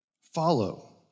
follow